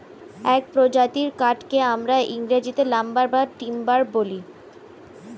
এক প্রজাতির কাঠকে আমরা ইংরেজিতে লাম্বার বা টিম্বার বলি